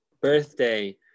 birthday